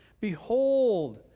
Behold